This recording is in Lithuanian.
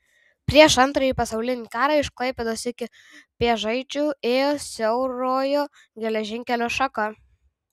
prieš antrąjį pasaulinį karą iš klaipėdos iki pėžaičių ėjo siaurojo geležinkelio šaka